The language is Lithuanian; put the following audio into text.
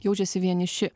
jaučiasi vieniši